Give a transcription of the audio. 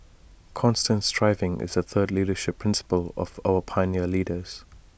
constant striving is the third leadership principle of our pioneer leaders